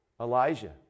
Elijah